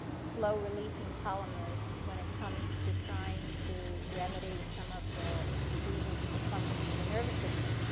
slow releasing polymers when it comes to trying to remedy some of the diseases and dysfunctions of the nervous system.